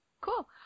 cool